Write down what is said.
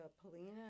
Polina